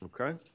okay